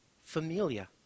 familia